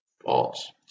false